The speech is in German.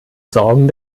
sorgen